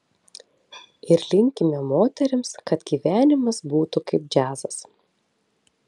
ir linkime moterims kad gyvenimas būtų kaip džiazas